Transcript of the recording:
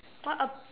what ab~